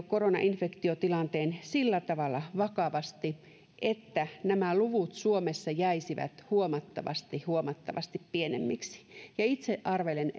koronainfektiotilanteen sillä tavalla vakavasti että nämä luvut suomessa jäisivät huomattavasti huomattavasti pienemmiksi ja itse arvelen